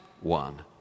one